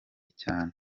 cyane